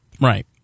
Right